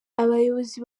abayobozi